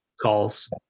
Calls